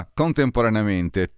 contemporaneamente